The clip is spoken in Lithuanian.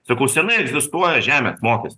sakau senai egzistuoja žemės mokesti